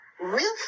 Real